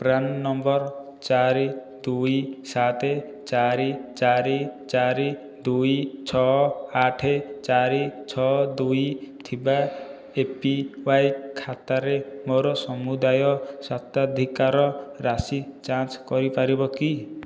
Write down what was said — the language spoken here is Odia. ପ୍ରାନ୍ ନମ୍ବର ଚାରି ଦୁଇ ସାତ ଚାରି ଚାରି ଚାରି ଦୁଇ ଛଅ ଆଠ ଚାରି ଛଅ ଦୁଇ ଥିବା ଏପିୱାଇ ଖାତାରେ ମୋ'ର ସମୁଦାୟ ସ୍ୱତ୍ୱାଧିକାର ରାଶି ଯାଞ୍ଚ କରିପାରିବ କି